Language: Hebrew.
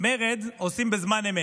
מרד עושים בזמן אמת,